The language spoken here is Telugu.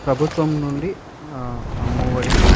ప్రభుత్వం నుండి అమ్మఒడి